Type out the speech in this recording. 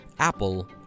Apple